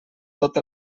tot